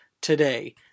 today